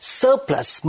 surplus